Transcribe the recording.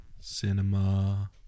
Cinema